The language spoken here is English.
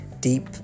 deep